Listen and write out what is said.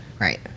Right